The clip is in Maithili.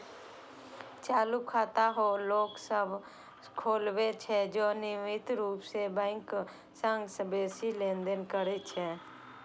चालू खाता ओ लोक सभ खोलबै छै, जे नियमित रूप सं बैंकक संग बेसी लेनदेन करै छै